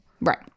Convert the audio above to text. right